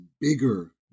bigger